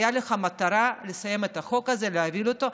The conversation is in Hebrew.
הייתה לך מטרה לסיים את החוק הזה ולהעביר אותו,